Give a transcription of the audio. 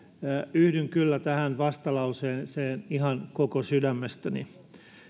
yhdyn kyllä tähän vastalauseeseen ihan koko sydämestäni